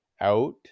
out